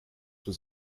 was